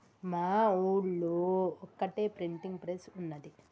మా ఊళ్లో ఒక్కటే ప్రింటింగ్ ప్రెస్ ఉన్నది